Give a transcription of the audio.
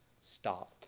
stop